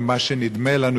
ממה שנדמה לנו,